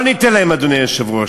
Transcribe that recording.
לא ניתן להם, אדוני היושב-ראש.